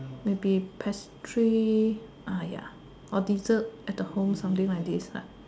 maybe pastry ah ya or dessert at the home something like this lah